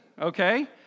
okay